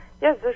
yes